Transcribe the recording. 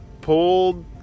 pulled